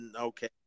Okay